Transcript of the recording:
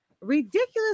ridiculous